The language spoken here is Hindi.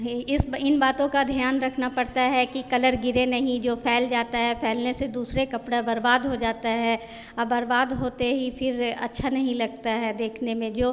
यह इस इन बातों का ध्यान रखना पड़ता है कि कलर गिरे नहीं जो फैल जाता है फैलने से दूसरा कपड़ा बर्बाद हो जाता है और बर्बाद होते ही फिर अच्छा नहीं लगता है देखने में जो